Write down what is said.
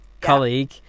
colleague